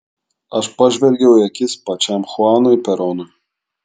aš pažvelgiau į akis pačiam chuanui peronui